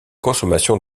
consommation